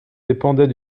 dépendait